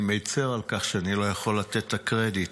אני מצר על כך שאני לא יכול לתת את הקרדיט